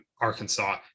Arkansas